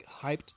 hyped